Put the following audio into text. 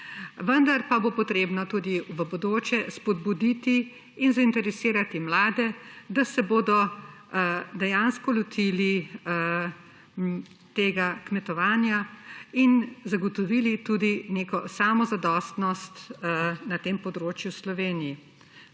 Vendar pa bo treba tudi v bodoče spodbuditi in zainteresirati mlade, da se bodo dejansko lotili kmetovanja in zagotovili Sloveniji tudi neko samozadostnost na tem področju, kolikor